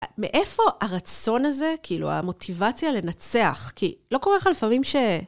מאיפה הרצון הזה, כאילו המוטיבציה לנצח? כי לא קורה לך לפעמים ש...